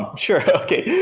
um sure, okay.